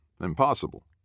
Impossible